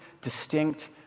distinct